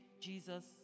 Jesus